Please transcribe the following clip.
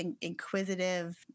inquisitive